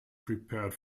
prepared